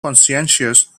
conscientious